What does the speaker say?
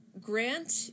grant